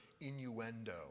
innuendo